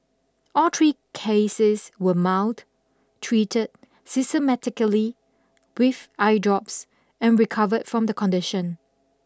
all three cases were mild treated sysematically with eye drops and recovered from the condition